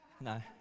No